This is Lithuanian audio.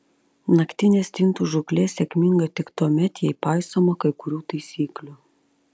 naktinė stintų žūklė sėkminga tik tuomet jei paisoma kai kurių taisyklių